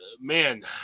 man